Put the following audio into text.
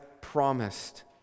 promised